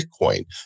Bitcoin